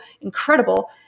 incredible